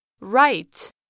right